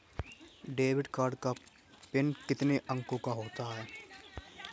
Debit card का PIN कितने अंकों का होता है?